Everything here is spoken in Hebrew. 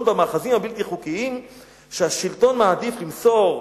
במאחזים הבלתי-חוקיים שהשלטון מעדיף למסור,